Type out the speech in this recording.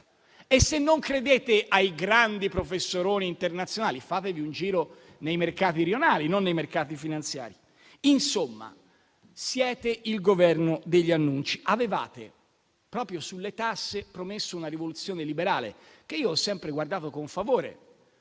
E se non credete ai grandi professori internazionali, fate un giro nei mercati rionali, non nei mercati finanziari. Insomma, siete il Governo degli annunci. Proprio sulle tasse avevate promesso una rivoluzione liberale, che io ho sempre guardato con favore.